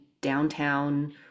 downtown